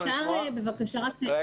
אני